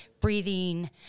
breathing